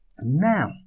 Now